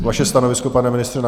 Vaše stanovisko, pane ministře?